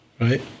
right